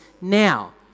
now